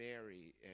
Mary